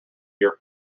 dear